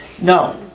No